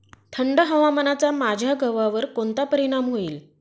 थंड हवामानाचा माझ्या गव्हावर कोणता परिणाम होईल?